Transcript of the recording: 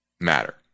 matter